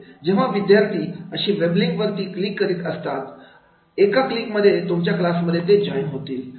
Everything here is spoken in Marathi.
जेव्हा विद्यार्थी जेव्हा विद्यार्थी अशा वेबलींक वरती क्लिक करत असतात एका क्लिक मध्ये तुमच्या क्लास मध्ये जॉईन होतील